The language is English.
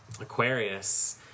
Aquarius